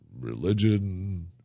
religion